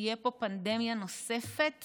תהיה פה פנדמיה נוספת